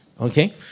Okay